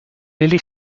nearly